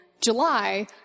July